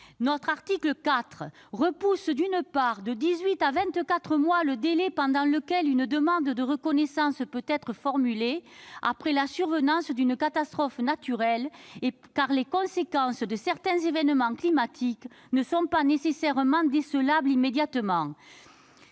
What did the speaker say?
d'une part, allonge de dix-huit à vingt-quatre mois le délai pendant lequel une demande de reconnaissance peut être formulée après la survenance d'une catastrophe naturelle, les conséquences de certains événements climatiques n'étant pas nécessairement décelables immédiatement.